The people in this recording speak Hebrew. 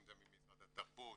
אם זה ממשרד התרבות,